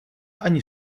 ani